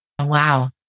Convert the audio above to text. wow